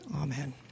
Amen